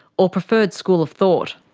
or preferred school of thought.